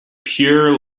pure